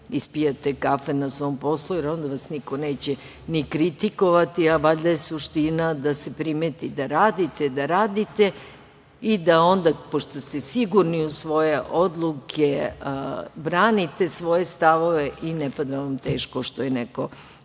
ispijate kafe na svom poslu, jer onda vas niko neće ni kritikovati, a valjda je suština da se primeti da radite i da onda pošto ste sigurni u svoje odluke branite svoje stavove i ne pada vam teško što je neko